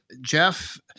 Jeff